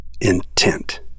Intent